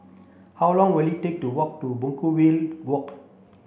how long will it take to walk to Brookvale Walk